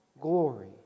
glory